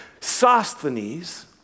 Sosthenes